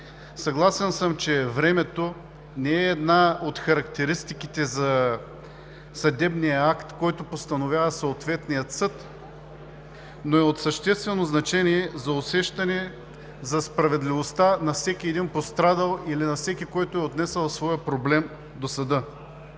Съгласен съм, че времето не е една от характеристиките за съдебния акт, който постановява съответният съд, но е от съществено значение за усещане за справедливостта на всеки един пострадал или на всеки, който е отнесъл своя проблем до съда.